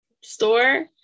store